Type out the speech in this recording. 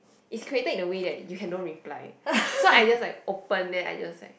is created in a way that you can don't reply so I just like open then I just like